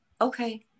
okay